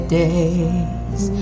days